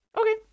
Okay